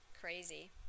Crazy